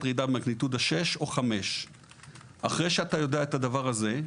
רעידה במגניטודה 6 או 5. אחרי שאתה יודע את הדבר הזה,